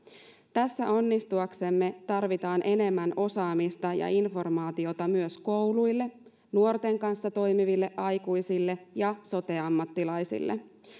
tässä onnistuaksemme tarvitaan enemmän osaamista ja informaatiota myös kouluille nuorten kanssa toimiville aikuisille ja sote ammattilaisille